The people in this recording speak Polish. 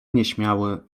nieśmiały